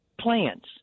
plants